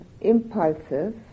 impulses